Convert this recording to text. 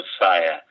messiah